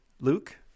Luke